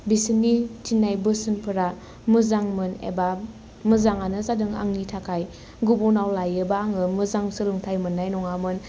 बिसोरनि थिननाय बोसोनफोरा मोजांमोन एबा मोजाङानो जादों आंनि थाखाय गुबुनाव लायोबा आङो मोजां सोलोंथाइ मोननाय नङामोन